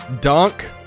Dunk